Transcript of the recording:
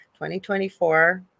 2024